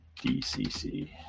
DCC